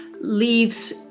leaves